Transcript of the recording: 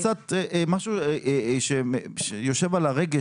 יש כאן משהו שיושב קצת על הרגש,